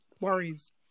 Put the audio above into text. worries